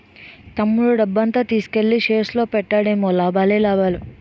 తమ్ముడు డబ్బంతా తీసుకెల్లి షేర్స్ లో పెట్టాడేమో లాభాలే లాభాలు